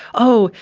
oh,